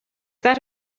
that